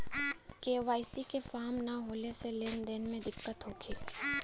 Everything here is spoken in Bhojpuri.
के.वाइ.सी के फार्म न होले से लेन देन में दिक्कत होखी?